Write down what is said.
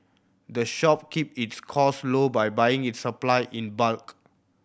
the shop keep its cost low by buying its supply in bulk